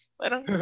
parang